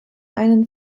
einen